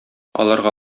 аларга